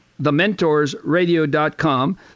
TheMentorsRadio.com